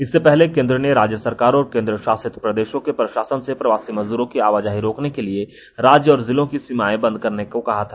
इससे पहले केंद्र ने राज्य सरकारों और केंद्र शासित प्रदेशों के प्रशासन से प्रवासी मजदूरों की आवाजाही रोकने के लिए राज्य और जिलों की सीमाएँ बंद करने को कहा था